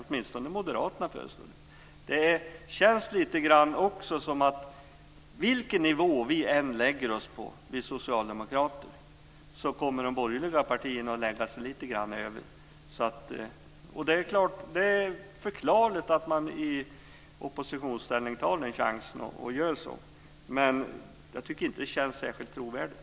Åtminstone Moderaterna föreslår det. Det känns som att vilken nivå vi socialdemokrater än lägger oss på, kommer de borgerliga partierna att lägga sig lite grann över. Och det är förklarligt att man i oppositionsställning tar chansen att göra så, men jag tycker inte att det känns särskilt trovärdigt.